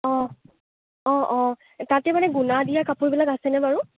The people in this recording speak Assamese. অ অ অ তাতে মানে গুণা দিয়া কাপোৰবিলাক আছেনে বাৰু